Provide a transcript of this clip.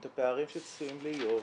את הפערים שצפויים להיות,